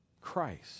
Christ